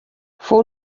fou